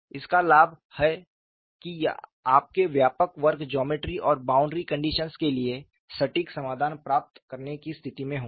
इसका लाभ यह है कि आपके व्यापक वर्ग ज्योमेट्री और बाउंड्री कंडीशंस के लिए सटीक समाधान प्राप्त करने की स्थिति में होंगे